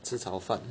吃炒饭